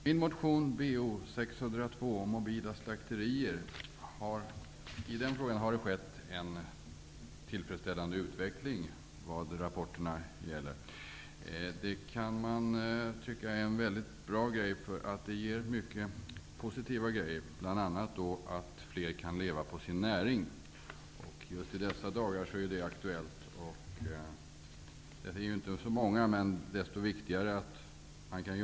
Herr talman! I frågan om mobila slakterier, som jag har tagit upp i motion Bo610, har det skett en tillfredsställande utveckling, att döma av rapporterna. Det är, tycker jag, en väldigt bra grej, som ger mycket positiva effekter. Det är inte så många det gäller, men i dessa dagar är det viktigt att fler kan leva på sin näring.